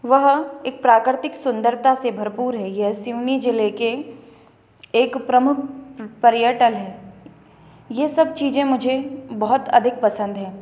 वह एक प्राकर्तिक सुंदरता से भरपूर है यह सिवनी ज़िले के एक प्रमुख पर्यटन है यह सब चीज़ें मुझे बहुत अधिक पसंद हैं